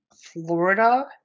Florida